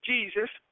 Jesus